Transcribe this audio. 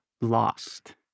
lost